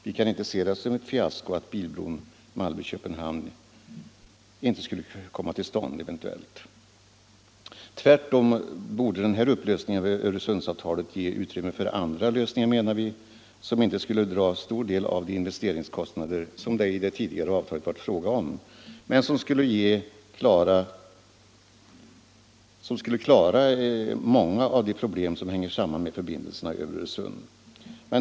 Vi kan inte se det som ett fiasko att bilbron Malmö-Köpenhamn eventuellt inte skulle komma till stånd. Tvärtom bör den här upplösningen av Öresundsavtalet ge utrymme för andra lösningar, menar vi, som inte skulle dra så stor del av de investeringskostnader som det i det tidigare avtalet har varit fråga om men som skulle klara många av de problem som hänger samman med 19 förbindelserna över Öresund.